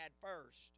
first